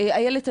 איילת,